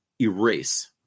erase